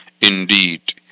Indeed